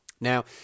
Now